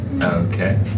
Okay